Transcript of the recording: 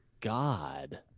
God